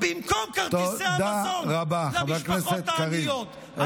במקום כרטיסי המזון למשפחות העניות.